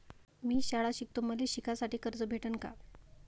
मी शाळा शिकतो, मले शिकासाठी कर्ज भेटन का?